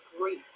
great